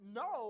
no